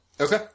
Okay